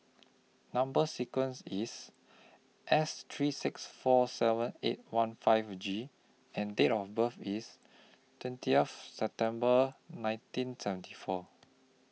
Number sequence IS S three six four seven eight one five G and Date of birth IS twentieth September nineteen seventy four